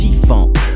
G-Funk